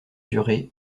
durée